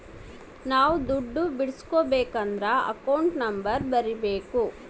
ನಾವ್ ದುಡ್ಡು ಬಿಡ್ಸ್ಕೊಬೇಕದ್ರ ಅಕೌಂಟ್ ನಂಬರ್ ಬರೀಬೇಕು